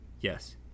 Yes